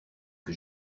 que